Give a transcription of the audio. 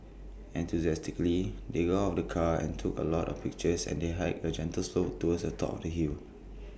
enthusiastically they got out of the car and took A lot of pictures and they hiked A gentle slope towards the top of the hill